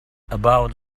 about